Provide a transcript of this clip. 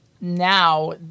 Now